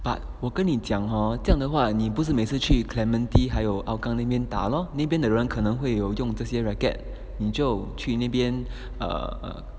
but 我跟你讲 hor 这样的话你不是每次去 clementi 还有 hougang 里面打 lor 那边的人可能会有用这些 racket 你就去那边 err err